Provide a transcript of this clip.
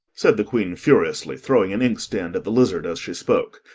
said the queen furiously, throwing an inkstand at the lizard as she spoke.